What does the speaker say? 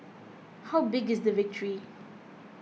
how big is the victory